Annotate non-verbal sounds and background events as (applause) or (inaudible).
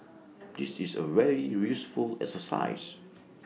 (noise) this is A very useful exercise